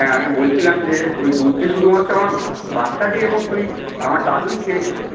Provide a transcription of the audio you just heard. হ্যাঁ আমি বলছিলাম যে ওই দুধটি শুধুমাত্র আমার বাচ্চাটি এবং ওই আমার দাদুই খেয়েছিলেন